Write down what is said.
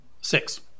Six